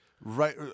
right